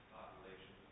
population